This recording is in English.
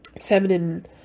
feminine